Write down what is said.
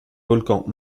volcans